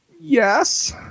Yes